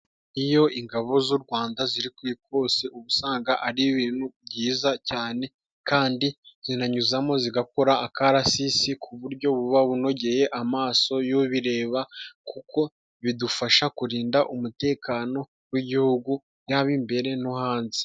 Iyo ingabo z'u Rwanda ziri ku ikosi uba usanga ari ibintu byiza cyane kandi zinanyuzamo zigakora akarasisi ku buryo buba bunogeye amaso y'ubireba kuko bidufasha kurinda umutekano w'igihugu Yaba imbere no hanze.